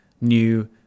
new